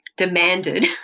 demanded